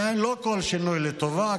לא כל שינוי לטובה.